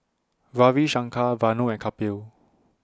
Ravi Shankar Vanu and Kapil